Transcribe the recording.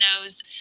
knows